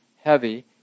heavy